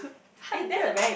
hundred